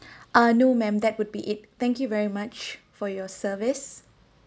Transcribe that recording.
uh no ma'am that would be it thank you very much for your service